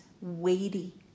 weighty